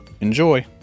Enjoy